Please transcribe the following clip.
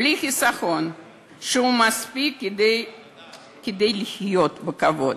בלי חיסכון שמספיק כדי לחיות בכבוד.